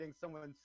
someone's